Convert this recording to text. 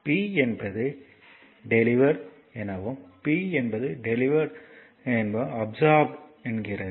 P என்பது delivered எனவும் P என்பது டெலிவ்ர்ட் எனவும் P என்பது அப்சார்ப்ட் என்கிறது